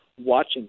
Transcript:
watching